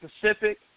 Pacific